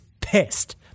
pissed